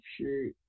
shirt